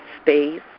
space